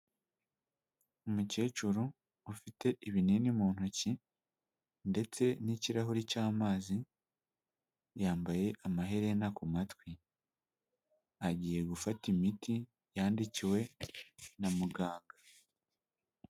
Umukecuru ufite ibinini mu ntoki ndetse n'ikirahuri cy'amazi yambaye amaherena ku matwi, agiye gufata imiti yandikiwe na muganga.